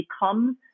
becomes